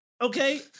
Okay